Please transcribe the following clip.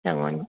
चङो